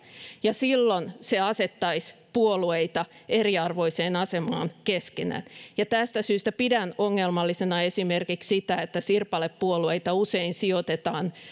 ja silloin se asettaisi puolueita eriarvoiseen asemaan keskenään tästä syystä pidän ongelmallisena esimerkiksi sitä että sirpalepuolueita usein sijoitetaan